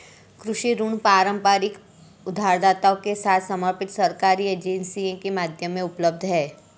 कृषि ऋण पारंपरिक उधारदाताओं के साथ समर्पित सरकारी एजेंसियों के माध्यम से उपलब्ध हैं